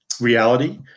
reality